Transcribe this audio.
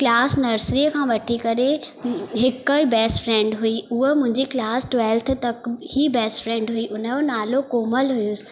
class नर्सरीअ खां वठी करे हिकु ई बैस्ट फ्रैंड हुई उअ मुंहिंजे क्लास ट्वेल्थ तक ई बैस्ट फ्रैंड हुई उनजो नालो कोमल हुयसि